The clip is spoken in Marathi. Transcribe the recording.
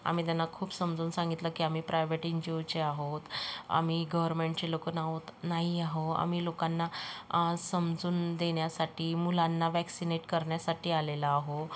आम्ही त्यांना खूप समजवून सांगितलं की आम्ही प्रायवेट एन जी ओचे आहोत आम्ही गव्हर्नमेंटची लोकं नाहोत नाही आहो आम्ही लोकांना समजून देण्यासाठी मुलांना वॅक्सिनेट करन्यासाठी आलेलो आहो